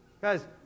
Guys